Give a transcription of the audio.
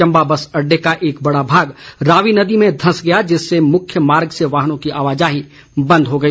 Chamba bus अड्डे का एक बड़ा भाग रावी नदी में धंस गया जिससे मुख्य मार्ग से वाहनों की आवाजाही बंद हो गई